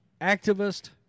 activist